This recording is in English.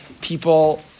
people